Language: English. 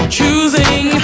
Choosing